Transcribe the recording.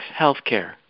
Healthcare